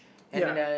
ya